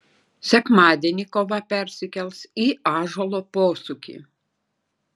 sekmadienį kova persikels į ąžuolo posūkį